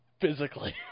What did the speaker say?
physically